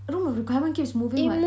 room of requirement keeps moving [what]